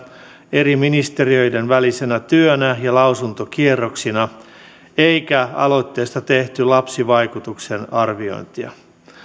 eri ministeriöiden välisenä työnä ja lausuntokierroksina eikä aloitteesta tehty lapsivaikutusten arviointia